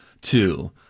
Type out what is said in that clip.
two